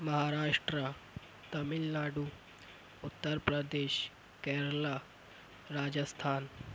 Maharashtra Tamil Nadu Uttar Pradesh Kerala Rajasthan